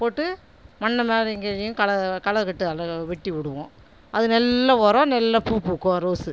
போட்டு மண்ணை மேலேயும் கீழேயும் கலவை கலவை கட்டு அள்ள வெட்டி விடுவோம் அது நல்ல உரம் நல்ல பூ பூக்கும் ரோஸ்